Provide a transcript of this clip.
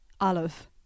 Olive